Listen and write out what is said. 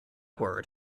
word